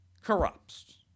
corrupts